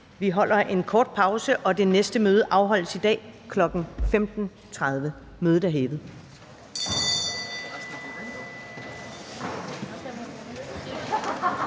Vi holder en kort pause, og det næste møde afholdes i dag kl. 15.30. Mødet er hævet.